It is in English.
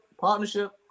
partnership